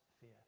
fear